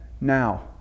now